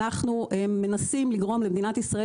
מאז 2018 אנחנו מנסים לגרום למדינת ישראל